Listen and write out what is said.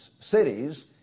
cities